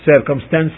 circumstances